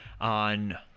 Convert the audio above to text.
on